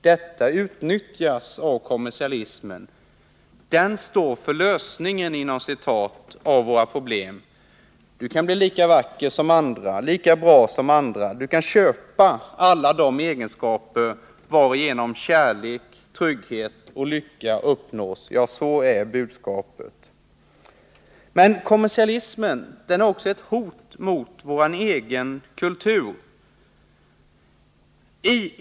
Detta utnyttjas av kommersialismen. Den står för ”lösningen” av våra problem. Du kan bli lika vacker som andra, lika bra som andra. Du kan köpa alla de egenskaper varigenom kärlek, trygghet och lycka uppnås — ja, så är budskapet. Kommersialismen är också ett hot mot vår egen kultur.